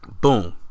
boom